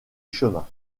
chemin